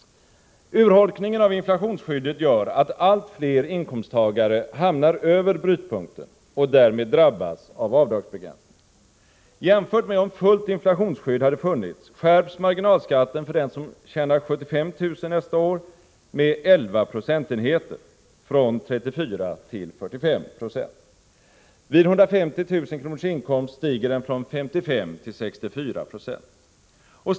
Urholkningen av inflationsskyddet gör att allt fler inkomsttagare hamnar över brytpunkten och därmed drabbas av avdragsbegränsningen. Jämfört med om fullt inflationsskydd hade funnits skärps marginalskatten för den som tjänar 75 000 kr. nästa år med 11 procentenheter — från 34 till 45 96. Vid 150 000 kronors inkomst stiger den från 55 till 64 96.